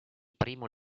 primo